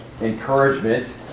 encouragement